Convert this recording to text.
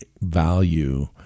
value